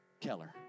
Keller